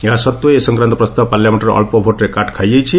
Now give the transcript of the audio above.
ଏହା ସତ୍ତ୍ୱେ ଏ ସଂକ୍ରାନ୍ତ ପ୍ରସ୍ତାବ ପାର୍ଲାମେଣ୍ଟରେ ଅଳ୍ପ ଭୋଟ୍ରେ କାଟ୍ ଖାଇଯାଇଛି